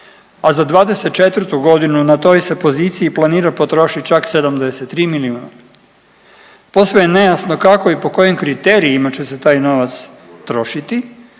a za '24. godinu na toj se poziciji planira potrošiti čak 73 milijuna. Posve je nejasno kako i po kojim kriterijima će se taj novac trošiti